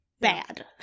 bad